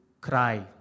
cry